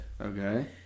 Okay